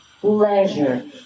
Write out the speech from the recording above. pleasure